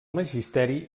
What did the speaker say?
magisteri